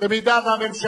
במוסדות לנוער מפגר